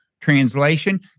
translation